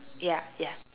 ya ya